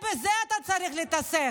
בזה אתה צריך להתעסק,